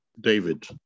David